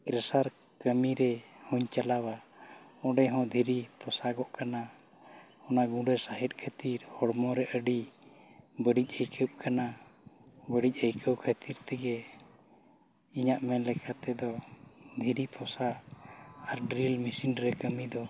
ᱠᱮᱥᱟᱨ ᱠᱟᱹᱢᱤ ᱨᱮ ᱦᱚᱸᱧ ᱪᱟᱞᱟᱣᱟ ᱚᱸᱰᱮ ᱦᱚᱸ ᱫᱷᱤᱨᱤ ᱯᱚᱥᱟᱜᱚᱜ ᱠᱟᱱᱟ ᱚᱱᱟ ᱜᱩᱰᱟᱹ ᱥᱟᱦᱮᱫ ᱠᱷᱟᱹᱛᱤᱨ ᱦᱚᱲᱢᱚ ᱨᱮ ᱟᱹᱰᱤ ᱵᱟᱹᱲᱤᱡ ᱟᱹᱭᱠᱟᱹᱜ ᱠᱟᱱᱟ ᱵᱟᱹᱲᱤᱡ ᱟᱹᱭᱠᱟᱹᱣ ᱠᱷᱟᱹᱛᱤᱨ ᱛᱮᱜᱮ ᱤᱧᱟᱹᱜ ᱢᱮᱱ ᱞᱮᱠᱟ ᱛᱮᱫᱚ ᱫᱷᱤᱨᱤ ᱯᱚᱥᱟᱜ ᱟᱨ ᱰᱨᱤᱞ ᱢᱤᱥᱤᱱ ᱨᱮ ᱠᱟᱹᱢᱤ ᱫᱚ